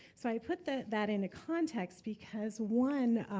so i put that that into context, because one,